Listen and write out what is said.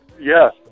Yes